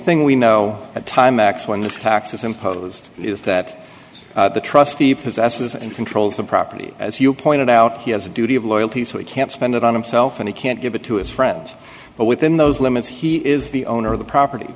thing we know at time x when the taxes imposed is that the trustee possesses and controls the property as you pointed out he has a duty of loyalty so he can't spend it on himself and he can't give it to his friends but within those limits he is the owner of the property